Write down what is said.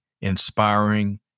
inspiring